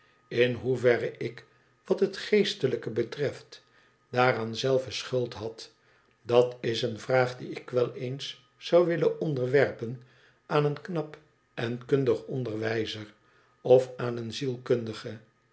in hoeverre ik wat het geestelijke betreft daaraan zelve schuld had dat is een vraag die ik wel eens zou willen onderwerpen aan een knap en kundig onderwijzer of aan een